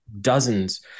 dozens